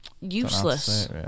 useless